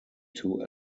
two